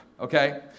okay